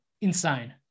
Insane